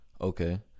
okay